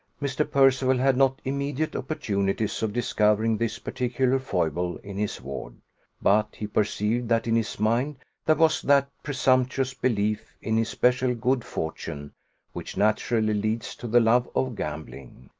mr. percival had not immediate opportunities of discovering this particular foible in his ward but he perceived that in his mind there was that presumptuous belief in his special good fortune which naturally leads to the love of gambling.